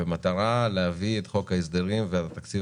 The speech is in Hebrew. במטרה להביא את חוק ההסדרים ואת תקציב